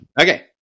Okay